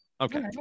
Okay